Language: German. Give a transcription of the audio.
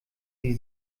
sie